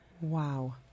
Wow